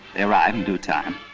they arrived in due time.